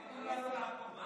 מדבר על אלכס, שדיבר על החוק.